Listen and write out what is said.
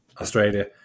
Australia